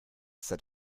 set